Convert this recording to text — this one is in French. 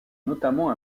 notamment